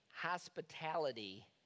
hospitality